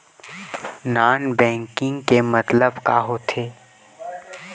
Non banking के मतलब का होथे?